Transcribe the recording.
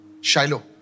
Shiloh